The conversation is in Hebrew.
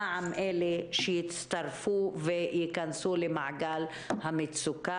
והשאלה היא מה עם אלו שיצטרפו וייכנסו למעגל המצוקה.